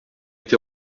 été